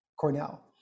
Cornell